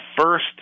first